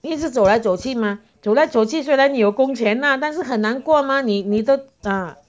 一直走来走去吗走来走去虽然你有工钱呐但是很难过吗你你都 ah